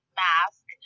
mask